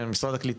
כן, משרד הקליטה.